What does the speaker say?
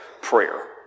prayer